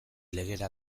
legera